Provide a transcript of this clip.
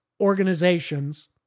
organizations